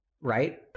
Right